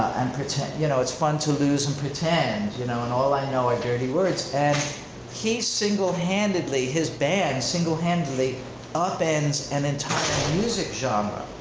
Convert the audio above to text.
and you know it's fun to lose and pretend. you know and all i know are dirty words. and he single handedly, his band single handedly upends an entire music genre.